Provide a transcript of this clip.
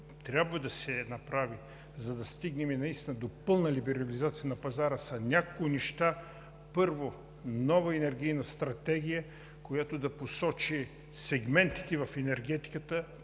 трябва да се направи, за да стигнем до пълна либерализация на пазара, са някои неща. Първо, нова енергийна стратегия, която да посочи сегментите в енергетиката,